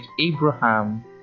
Abraham